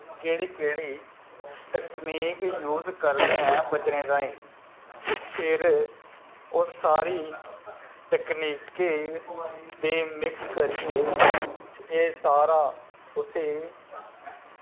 केह्ड़ी केह्ड़ी technique use करदे ऐं बचने ताईं फिर उन सारी टकनीके दी मिक्स करिये एह् सारा उस्सी